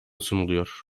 sunuluyor